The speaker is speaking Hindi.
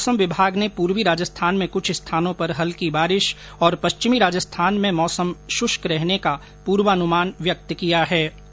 वहीं मौसम विभाग ने पूर्वी राजस्थान में कुछ स्थानों पर हल्की बारिश और पश्चिमी राजस्थान में मौसम शृष्क रहने का पूर्वानुमान व्यक्त किया है